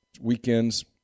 weekends